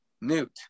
Newt